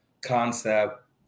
concept